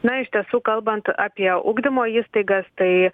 na iš tiesų kalbant apie ugdymo įstaigas tai